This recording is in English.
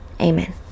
amen